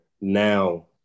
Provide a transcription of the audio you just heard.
now